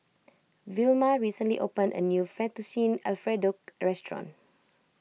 Vilma recently opened a new Fettuccine Alfredo restaurant